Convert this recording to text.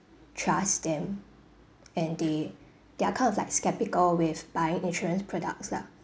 trust them and they they are kind of like sceptical with buying insurance products lah